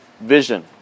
vision